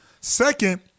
Second